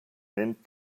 nennt